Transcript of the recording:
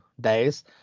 days